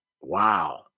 Wow